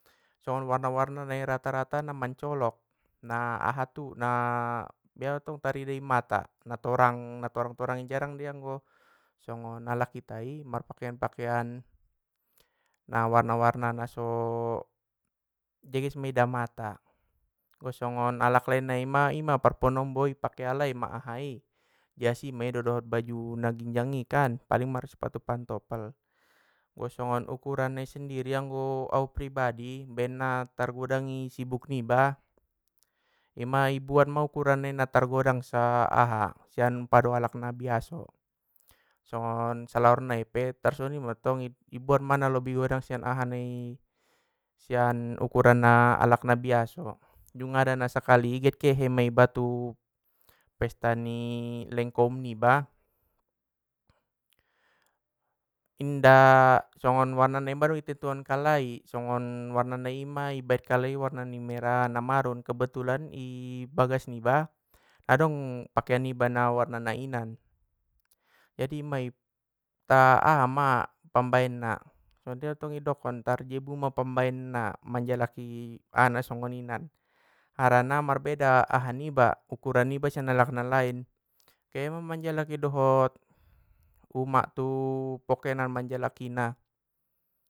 Songon warna warna nai rata rata na mancolok, na ahatu na bia dontong tarida i mata na torang torang i jarang dei anggo songon alak ita i mar pakean pakean na warna warna na so deges i nida mata, songon alak lai nai ma ia mar manombo i pake alai ma ahai jas i mei dohot baju na ginjang i kan! Paling marsipatu pantoffel, anggo songon ukuran nai sendiri anggo au pribadi baen na targodang i sibuk niba, ima ibuat ma ukuran nai na targodang sa aha sian pado alak na biaso, songon salaor nai pe tarsongoni mantong i buat ma na lobi godang sian aha nai sian ukuran na alak na biaso, jungada nasakali get kehe ma iba tu pesta ni leng koum niba. Inda songon warna nai madung i tentuon kalai, songon warna nai ma ibaen kalai warna ni mera na marun kebutulan i bagas niba adong pakean niba na warna na inan, jadi ima i pa aha ma pambaenna, songondia tong idokon tar jebuma pambaenna manjalaki aha na songoninan harana marbeda aha niba ukuran niba sian alak na lain, kema manjalikina dohot umak tu pokenan manjalakina.